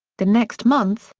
the next month,